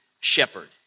shepherd